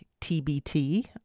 TBT